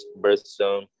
birthstone